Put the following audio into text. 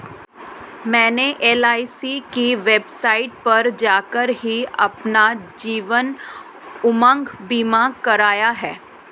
मैंने एल.आई.सी की वेबसाइट पर जाकर ही अपना जीवन उमंग बीमा करवाया है